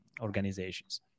organizations